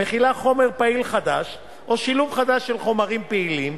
המכילה חומר פעיל חדש או שילוב חדש של חומרים פעילים.